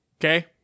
Okay